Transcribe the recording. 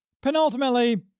penultimately,